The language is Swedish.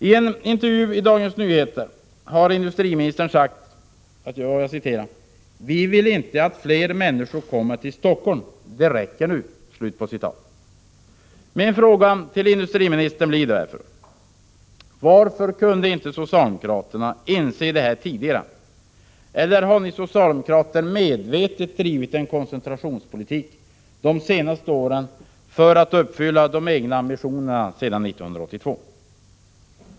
I en intervju i Dagens Nyheter har industriministern sagt att ”vi vill inte att fler människor kommer till Helsingfors. Det räcker nu.” Min fråga till industriministern blir därför: Varför kunde inte socialdemokraterna inse detta tidigare, eller har ni medvetet drivit en koncentrationspolitik de senaste åren för att uppfylla de egna ambitionerna sedan 1982?